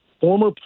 Former